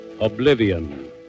oblivion